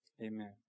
Amen